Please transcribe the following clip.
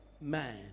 man